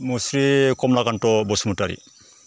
मुस्रि कमलाकान्त' बसुमातारि